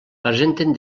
presenten